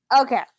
okay